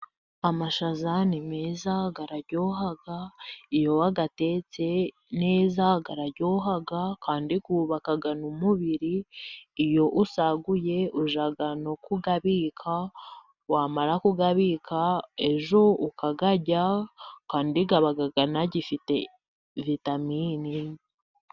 Amashaza ni meza araryoha iyo wayatetse neza araryoha kandi yubaka n'umubiri, iyo usaguye ujya no kuyabika wamara kuyabika ejo ukayarya kandi aba agifite vitamine.